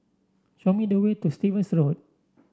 show me the way to Stevens Road